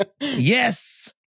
Yes